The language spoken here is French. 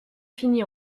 fini